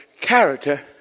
character